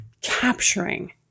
capturing